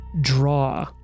draw